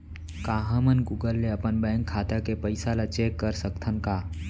का हमन गूगल ले अपन बैंक खाता के पइसा ला चेक कर सकथन का?